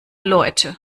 leute